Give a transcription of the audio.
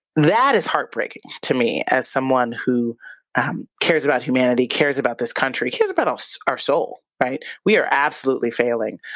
that is heartbreaking to me as someone who um cares about humanity, cares about this country, cares about ah so our soul, right? we are absolutely failing.